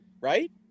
right